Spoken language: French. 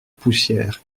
poussière